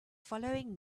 following